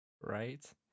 Right